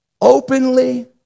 openly